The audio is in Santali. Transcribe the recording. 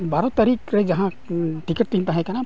ᱵᱟᱨᱚ ᱛᱟᱨᱤᱠᱨᱮ ᱡᱟᱦᱟᱸ ᱛᱤᱧ ᱛᱟᱦᱮᱸ ᱠᱟᱱᱟ